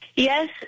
Yes